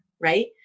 right